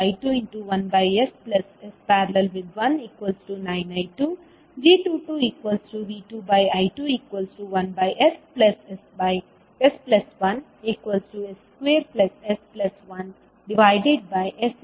V2 ನ ಮೌಲ್ಯ V2I21ss||19I2 g22V2I21sss1s2s1ss1 ಆಗಿದೆ